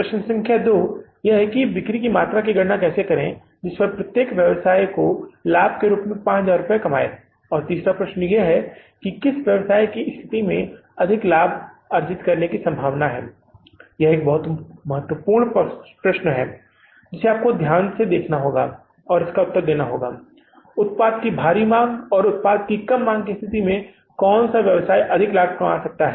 प्रश्न संख्या दो है बिक्री की मात्रा की गणना करें जिस पर प्रत्येक व्यवसाय लाभ के रूप में 5000 रुपये कमाएगा और तीसरा प्रश्न यह है कि किस व्यवसाय की स्थिति में अधिक लाभ अर्जित करने की संभावना है यह एक बहुत महत्वपूर्ण प्रश्न है जिसे आपको ध्यान से देखना होगा इसका उत्तर दें उत्पाद की भारी मांग और उत्पाद की कम मांग की स्थिति में कौन सा व्यवसाय अधिक लाभ कमा सकता है